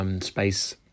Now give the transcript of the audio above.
space